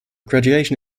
graduation